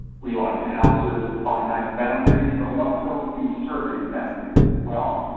we like to have sort finite boundaries but we also use surveyed boundaries as well.